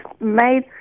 made